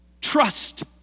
Trust